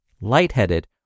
lightheaded